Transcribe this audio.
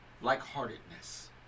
Like-heartedness